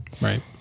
Right